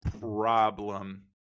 problem